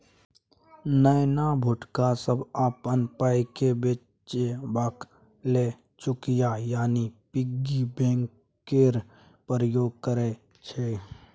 नेना भुटका सब अपन पाइकेँ बचेबाक लेल चुकिया यानी पिग्गी बैंक केर प्रयोग करय छै